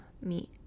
meet